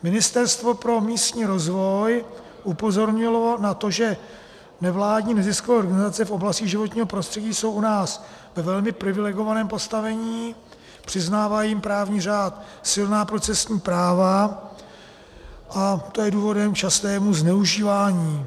Ministerstvo pro místní rozvoj upozornilo na to, že nevládní neziskové organizace v oblasti životního prostředí jsou u nás ve velmi privilegovaném postavení, přiznává jim právní řád silná procesní práva a to je důvodem k častému zneužívání.